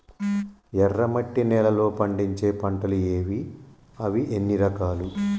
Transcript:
ఎర్రమట్టి నేలలో పండించే పంటలు ఏవి? అవి ఎన్ని రకాలు?